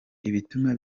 ibituma